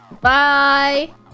Bye